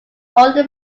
older